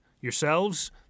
yourselves